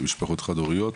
למשפחות חד-הוריות.